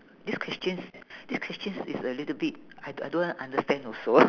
this question this question is a little bit I I don't understand also